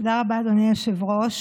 תודה רבה, אדוני היושב-ראש.